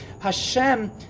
Hashem